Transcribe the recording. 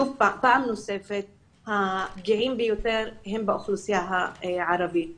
פעם נוספת האוכלוסייה הערבית היא הפגיעה ביותר.